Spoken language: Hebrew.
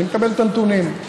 אני מקבל את הנתונים,